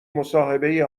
مصاحبه